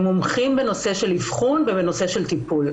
הם מומחים בנושא של אבחון ובנושא של טיפול.